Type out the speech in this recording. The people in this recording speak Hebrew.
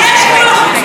יש גבול לחוצפה.